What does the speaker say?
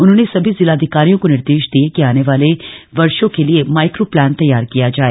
उन्होंने सभी जिलाधिकारियों को निर्देश दिए कि आने वाले वर्षो के लिए माईक्रो प्लान तैयार किया जाए